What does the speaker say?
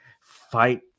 Fight